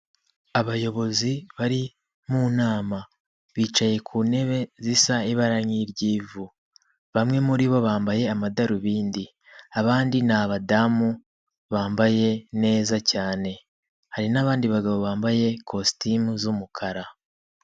Abayobozi bari mu nama. Bicaye ku ntebe zisa ibara nk' iry'ivu. Bamwe muri bo bambaye amadarubindi. Abandi ni abadamu bambaye neza cyane. Hari n'abandi bagabo bambaye kositimu z'umukara.